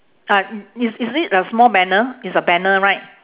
ah i~ i~ is it a small banner it's a banner right